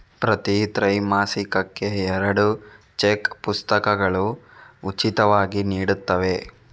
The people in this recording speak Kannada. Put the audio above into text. ಪ್ರತಿ ತ್ರೈಮಾಸಿಕಕ್ಕೆ ಎರಡು ಚೆಕ್ ಪುಸ್ತಕಗಳು ಉಚಿತವಾಗಿ ನೀಡುತ್ತವೆ